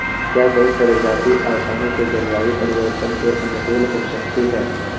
क्या कोई प्रजाति आसानी से जलवायु परिवर्तन के अनुकूल हो सकती है?